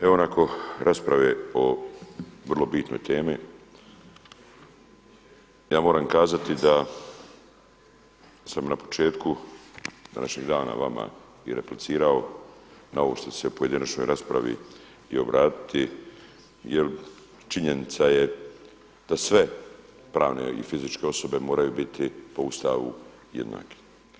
Evo nakon rasprave o vrlo bitnoj temi ja moram kazati da sam na početku današnjeg dana vama i replicirao na ovo što ću se u pojedinačnoj raspravi i obratiti jer činjenica je da sve pravne i fizičke osobe moraju biti po Ustavu jednake.